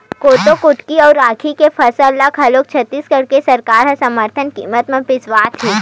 कोदो कुटकी अउ रागी के फसल ल घलोक छत्तीसगढ़ के सरकार ह समरथन कीमत म बिसावत हे